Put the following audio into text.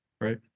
right